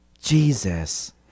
Jesus